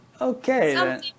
Okay